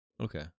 Okay